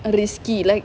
risky like